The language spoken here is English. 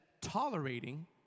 tolerating